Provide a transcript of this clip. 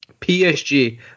PSG